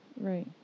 Right